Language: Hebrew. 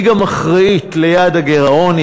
היא גם אחראית ליעד הגירעון,